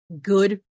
good